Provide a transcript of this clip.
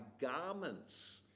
garments